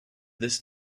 this